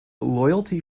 loyalty